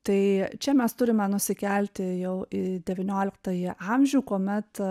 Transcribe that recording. tai čia mes turime nusikelti jau į devynioliktąjį amžių kuomet